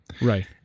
right